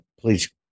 please